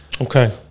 Okay